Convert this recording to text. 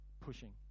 pushing